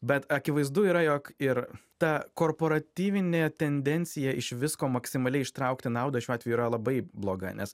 bet akivaizdu yra jog ir ta korporativynė tendencija iš visko maksimaliai ištraukti naudą šiuo atveju yra labai bloga nes